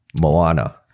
Moana